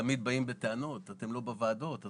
תמיד באים בטענות שאנחנו לא בוועדות.